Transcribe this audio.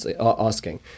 asking